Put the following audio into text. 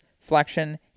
flexion